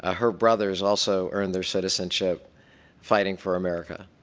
ah her brother is also earned their citizenship fighting for america.